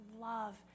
love